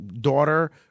daughter